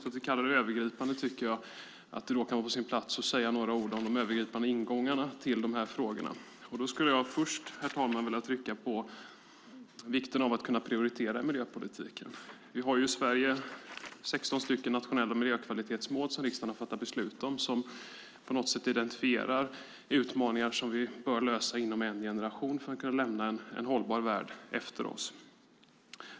Att vi kallar det övergripande gör att det kan vara på sin plats att säga några ord om de övergripande ingångarna till frågorna. Herr talman! Jag vill först trycka på vikten av att kunna prioritera i miljöpolitiken. Vi har i Sverige 16 nationella miljökvalitetsmål som riksdagen har fattat beslut om. De identifierar på något sätt de utmaningar som vi bör lösa inom en generation för att kunna lämna en hållbar värld efter oss.